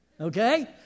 Okay